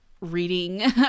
reading